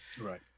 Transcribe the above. Right